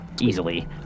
easily